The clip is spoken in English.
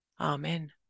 Amen